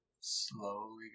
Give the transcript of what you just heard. slowly